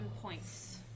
points